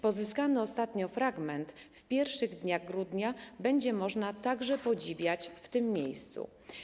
Pozyskany ostatnio fragment w pierwszych dniach grudnia także będzie można podziwiać w tym miejscu.